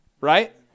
Right